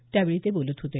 त्यावेळी ते बोलत होते